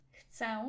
Chcę